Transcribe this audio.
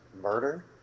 murder